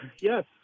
yes